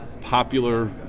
popular